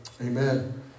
Amen